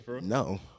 No